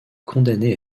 condamné